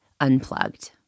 Unplugged